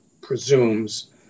presumes